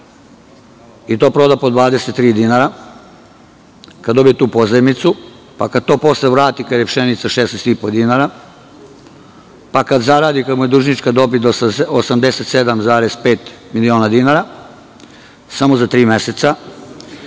to proda po 23 dinara, kada dobije tu pozajmicu i kada to posle vrati, kada je pšenica 16,5 dinara, pa kada zaradi i kada mu je dužnička dobit 87,5 miliona dinara samo za tri meseca,